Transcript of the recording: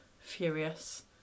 Furious